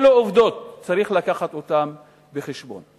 אלה העובדות וצריך להביא אותן בחשבון.